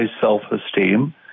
self-esteem